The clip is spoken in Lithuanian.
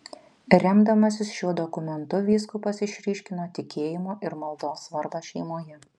remdamasis šiuo dokumentu vyskupas išryškino tikėjimo ir maldos svarbą šeimoje